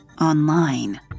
online